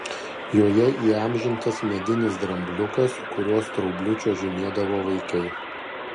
joje įamžintas medinis drambliukas kurio straubliu čiuožinėdavo vaikai